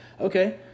Okay